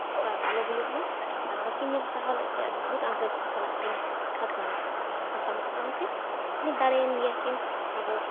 ᱱᱚᱝᱠᱟ ᱟᱞᱚ ᱦᱩᱭᱩᱜ ᱢᱟ ᱟᱨ ᱵᱟᱹᱠᱤᱱ ᱧᱮᱞ ᱥᱟᱦᱟᱣ ᱞᱮᱫᱛᱮ ᱟᱹᱰᱤ ᱡᱳᱨ ᱤᱝᱨᱮᱡᱽ ᱠᱚ ᱥᱟᱞᱟᱜ ᱠᱤᱱ ᱛᱟᱯᱟᱢ ᱮᱱᱟ ᱛᱟᱯᱟᱢ ᱛᱟᱯᱟᱢᱛᱮ ᱚᱱᱮ ᱫᱟᱲᱮᱭᱮᱱ ᱜᱮᱭᱟ ᱠᱤᱱ ᱟᱵᱚ